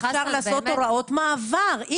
לעשות הוראות מעבר.